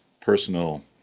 personal